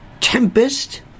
tempest